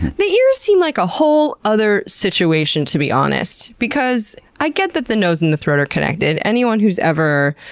the ears seemed like a whole other situation to be honest because i get that the nose and the throat are connected. anyone who's ever